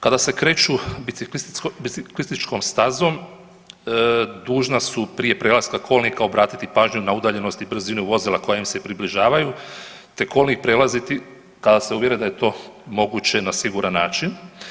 Kada se kreću biciklističkom stazom dužna su prije prelaska kolnika obratiti pažnju na udaljenost i brzinu vozila koja im se približavaju te kolnih prijelaza i kada se uvjete da je to moguće na siguran način.